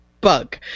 bug